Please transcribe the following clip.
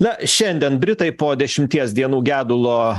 na šiandien britai po dešimties dienų gedulo